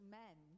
men